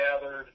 gathered